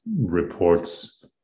reports